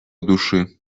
души